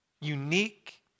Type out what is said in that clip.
unique